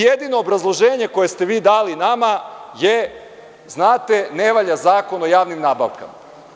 Jedino obrazloženje koje ste vi dali nama je – znate, ne valja Zakon o javnim nabavkama.